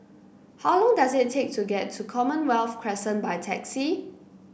how long does it take to get to Commonwealth Crescent by taxi